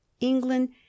England